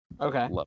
Okay